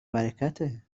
برکته